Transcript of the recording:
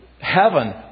Heaven